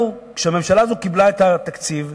כשהממשלה הזאת קיבלה את התקציב,